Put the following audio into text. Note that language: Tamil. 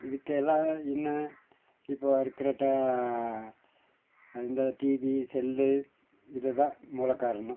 இதுக்கெல்லாம் என்ன இப்போது இருக்கிற ட இந்த டிவி செல்லு இதுதான் மூலக்காரணம்